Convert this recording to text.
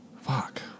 Fuck